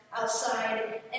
Outside